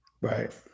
Right